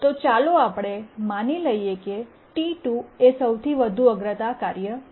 તો ચાલો આપણે માની લઈએ કે T 2 એ સૌથી વધુ અગ્રતા કાર્ય છે